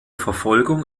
verfolgung